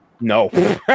No